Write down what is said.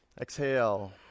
Exhale